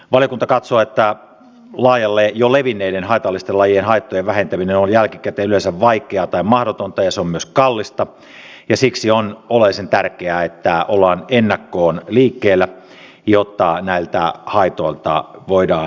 valiokunta katsoo että jo laajalle levinneiden haitallisten lajien haittojen vähentäminen on jälkikäteen yleensä vaikeaa tai mahdotonta ja se on myös kallista ja siksi on oleellisen tärkeää että ollaan ennakkoon liikkeellä jotta näiltä haitoilta voidaan välttyä